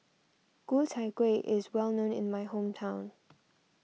Ku Chai Kueh is well known in my hometown